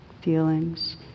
feelings